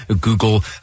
Google